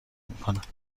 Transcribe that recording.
میکند